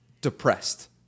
depressed